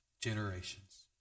generations